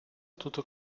tutto